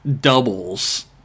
doubles